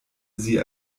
sie